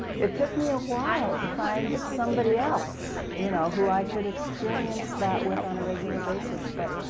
it took me a while to find somebody else you know who i could experience that with on a regular basis. but